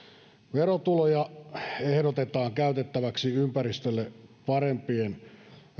verotuloja ehdotetaan käytettäväksi ympäristölle parempien